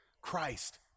Christ